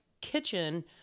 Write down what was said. kitchen